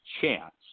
chance